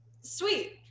sweet